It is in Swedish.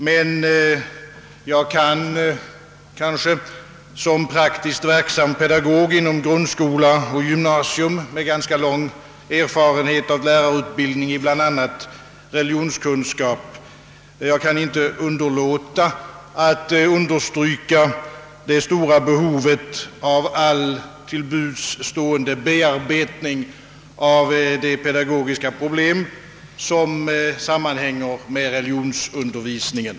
Men som praktiskt verksam pedagog inom grundskola och gymnasium med ganska lång erfarenhet av lärarutbildning i bl.a. ämnet religionskunskap vill jag ändå understryka det stora behovet av bearbetning av de pedagogiska problem som sammanhänger med religionsundervisningen.